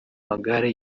magare